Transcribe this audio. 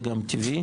זה גם טבעי.